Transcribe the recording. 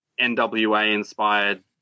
NWA-inspired